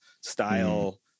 style